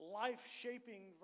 life-shaping